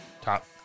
Top